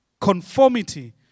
conformity